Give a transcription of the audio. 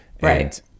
right